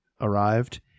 arrived